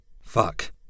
Fuck